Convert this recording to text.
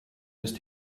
ist